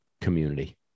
community